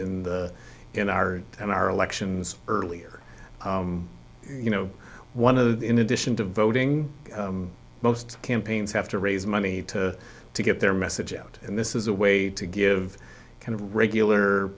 in the in our in our elections earlier you know one of the in addition to voting most campaigns have to raise money to to get their message out and this is a way to give kind of regular